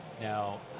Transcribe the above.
Now